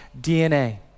DNA